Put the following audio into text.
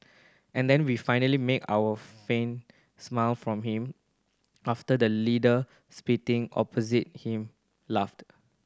and then we finally make our a faint smile from him after the leader spitting opposite him laughed